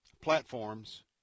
platforms